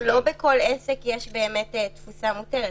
נכון, לא בכל עסק יש תפוסה מותרת.